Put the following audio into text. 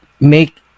make